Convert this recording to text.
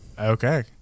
Okay